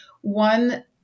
one